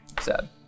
Sad